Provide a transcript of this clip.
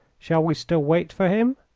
shall we still wait for him,